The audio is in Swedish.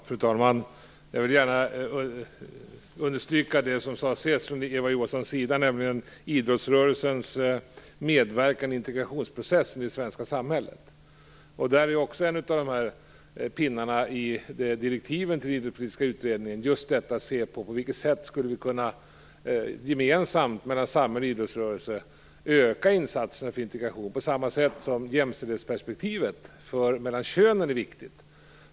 Fru talman! Jag vill gärna understryka det som Eva Johansson sade sist, nämligen idrottsrörelsens medverkan i integrationsprocessen i det svenska samhället. Det är också en av pinnarna i direktiven till den idrottspolitiska utredning att se på vilket sätt vi gemensamt, samhälle och idrottsrörelse, skulle kunna öka insatserna för integrationen. På samma sätt är jämställdhetsperspektivet mellan könen viktigt.